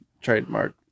trademark